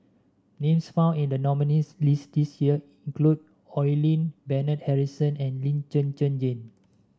names found in the nominees' list this year include Oi Lin Bernard Harrison and Lee Zhen Zhen Jane